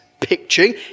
picturing